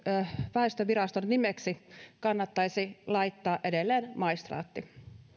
väestötietoviraston nimeksi kannattaisi laittaa edelleen maistraatti